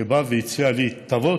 שבא והציע לי: תבוא,